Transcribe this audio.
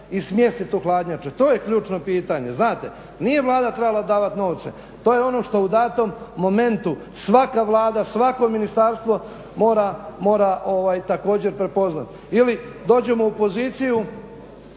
i smjestiti u hladnjače. To je ključno pitanje, znate. Nije Vlada trebala davati novce, to je ono što u datom momentu svaka Vlada, svako ministarstvo mora također prepoznati. Ili dođemo u poziciju,